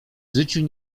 życiu